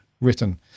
written